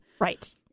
Right